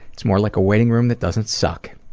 it's more like a waiting room that doesn't suck.